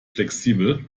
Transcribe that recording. flexibel